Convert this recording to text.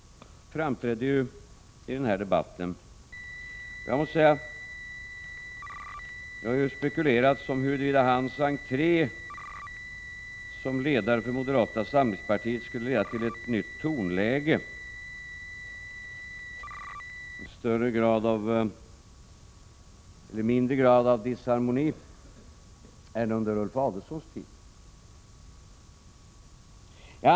61 Carl Bildt har ju framträtt i denna debatt. Det har spekulerats om huruvida hans inträde som partiledare för moderata samlingspartiet skulle leda till ett nytt tonläge i debatterna, en mindre grad av disharmoni än under Ulf Adelsohns tid.